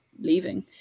leaving